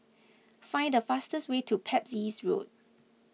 find the fastest way to Pepys Road